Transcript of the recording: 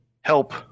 help